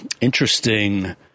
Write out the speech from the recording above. interesting –